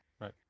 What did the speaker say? Right